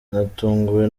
natunguwe